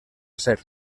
ser